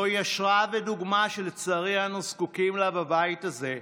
אלו השראה ודוגמה שלצערי אנו זקוקים להן בבית הזה.